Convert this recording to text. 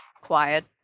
quiet